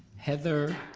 heather,